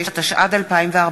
התשע"ד 2014,